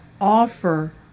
offer